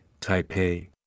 Taipei